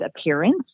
appearance